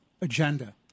agenda